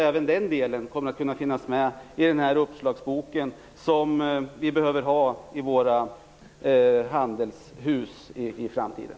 Även den delen kommer att kunna finnas med i den uppslagsbok som vi behöver ha i våra handelshus i framtiden.